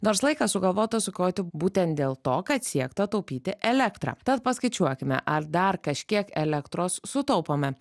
nors laiką sugalvota sukioti būtent dėl to kad siekta taupyti elektrą tad paskaičiuokime ar dar kažkiek elektros sutaupome